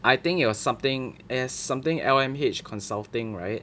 I think it was something S something L_M_H consulting right